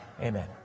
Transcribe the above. Amen